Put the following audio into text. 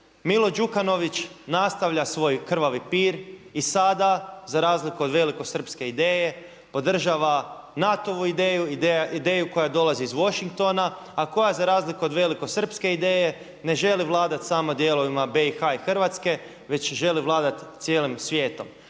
Milo Đukanović nastavlja svoj krvavi pir i sada za razliku od velikosrpske ideje podržava NATO-vu ideju, ideju koja dolazi iz Washingtona a koja za razliku od velikosrpske ideje ne želi vladati samo dijelovima BiH i Hrvatske već želi vladati cijelim svijetom